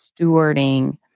stewarding